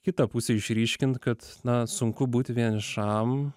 kitą pusę išryškint kad na sunku būti vienišam